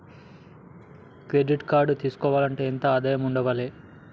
Credit card తీసుకోవాలంటే ఎంత ఆదాయం ఉండాలే?